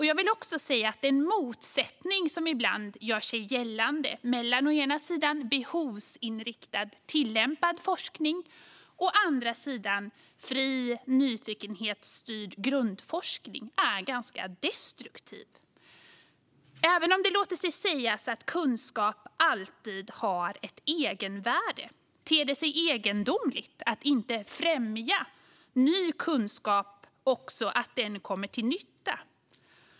Jag vill också säga att den motsättning som ibland gör sig gällande mellan å ena sidan behovsinriktad, tillämpad forskning och å andra sidan fri, nyfikenhetsstyrd grundforskning är ganska destruktiv. Även om det låter sig sägas att kunskap alltid har ett egenvärde ter det sig egendomligt att inte främja att ny kunskap också kommer till nytta.